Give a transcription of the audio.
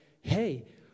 hey